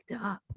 up